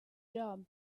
job